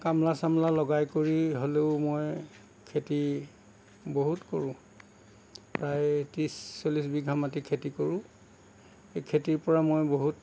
কামলা চামলা লগাই কৰি হ'লেও মই খেতি বহুত কৰোঁ প্ৰায় ত্ৰিছ চল্লিছ বিঘা মাটি খেতি কৰোঁ এই খেতিৰপৰা মই বহুত